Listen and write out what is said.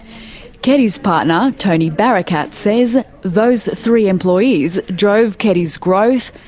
keddies partner tony barakat says those three employees drove keddies' growth,